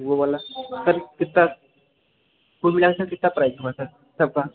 वो वाला सर कितना कुल मिला कर सर कितना प्राइस हुआ सर सब का